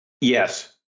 Yes